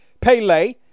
Pele